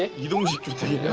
you know need to take